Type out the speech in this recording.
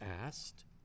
asked